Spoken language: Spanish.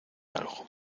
algo